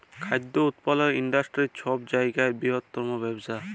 খাদ্য উৎপাদলের ইন্ডাস্টিরি ছব জায়গার বিরহত্তম ব্যবসা